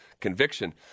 conviction